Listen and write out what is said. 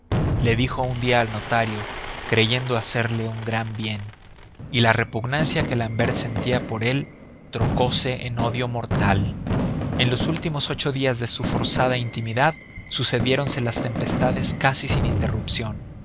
mi estima le dijo un día al notario creyendo hacerle un gran bien y la repugnancia que l'ambert sentía por él trocose en odio mortal en los últimos ocho días de su forzada intimidad sucediéronse las tempestades casi sin interrupción